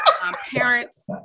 parents